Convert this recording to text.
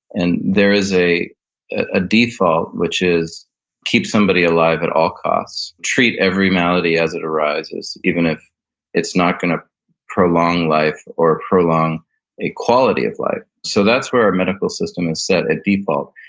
and there is a ah default which is keep somebody alive at all costs, treat every malady as it arises even if it's not going to prolong life or prolong a quality of life. so, that's where our medical system is set at default.